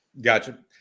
Gotcha